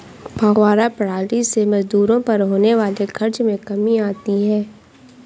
फौव्वारा प्रणाली से मजदूरों पर होने वाले खर्च में कमी आती है